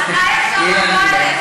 היא אמרה לי תודה,